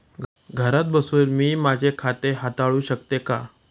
घरात बसून मी माझे खाते हाताळू शकते का?